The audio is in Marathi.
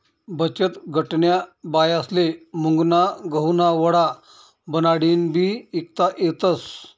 बचतगटन्या बायास्ले मुंगना गहुना वडा बनाडीन बी ईकता येतस